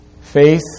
faith